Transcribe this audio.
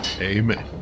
Amen